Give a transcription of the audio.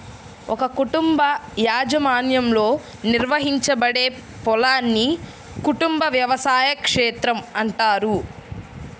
ఒక కుటుంబ యాజమాన్యంలో నిర్వహించబడే పొలాన్ని కుటుంబ వ్యవసాయ క్షేత్రం అంటారు